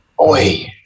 Oi